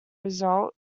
result